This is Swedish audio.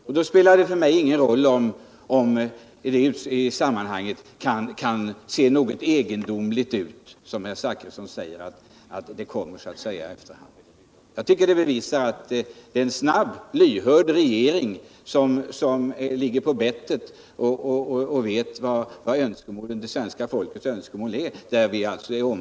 För mig spelar det ingen roll om det i sammanhanget, som herr Zachrisson säger, ser något egendomligt ut, därför att förslagen kommer i efterhand. Jag tycker att detta bevisar att det är en snabb och lyhörd regering som är på bettet och känner önskemålen hos svenska folket, vars ombud vi är.